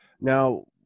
now